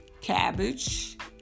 cabbage